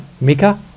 Mika